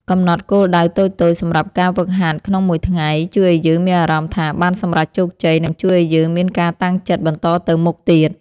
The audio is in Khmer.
កំណត់គោលដៅតូចៗសម្រាប់ការហ្វឹកហាត់ក្នុងមួយថ្ងៃជួយឱ្យយើងមានអារម្មណ៍ថាបានសម្រេចជោគជ័យ និងជួយឱ្យយើងមានការតាំងចិត្តបន្តទៅមុខទៀត។